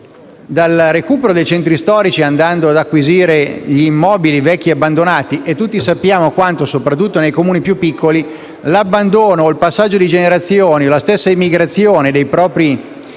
dal recupero dei centri storici, andando ad acquisire gli immobili vecchi e abbandonati. E tutti sappiamo quanto, soprattutto nei Comuni più piccoli, l'abbandono o il passaggio di generazione e la stessa emigrazione dei propri